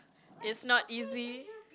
it's not east